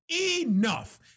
Enough